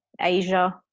Asia